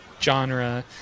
genre